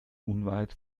unweit